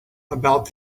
about